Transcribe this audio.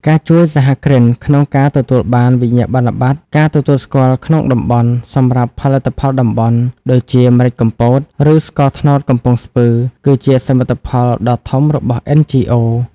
ការជួយសហគ្រិនក្នុងការទទួលបានវិញ្ញាបនបត្រការទទួលស្គាល់ក្នុងតំបន់ សម្រាប់ផលិតផលតំបន់ ដូចជាម្រេចកំពត ឬស្ករត្នោតកំពង់ស្ពឺ គឺជាសមិទ្ធផលដ៏ធំរបស់ NGOs។